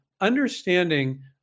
understanding